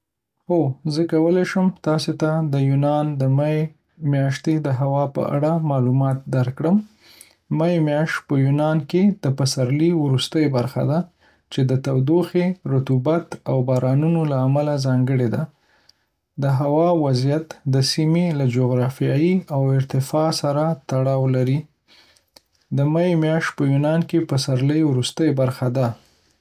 هو، زه کولی شم تاسو ته د یونان د می ۲۰۲۵ میاشتې د هوا په اړه معلومات درکړم. می میاشت په یونان کې د پسرلي وروستۍ برخه ده، چې د تودوخې، رطوبت، او بارانونو له امله ځانګړې ده. د می میاشت په یونان کې د پسرلي وروستۍ برخه ده،